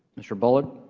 mr. bullard